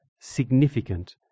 significant